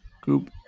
Group